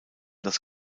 das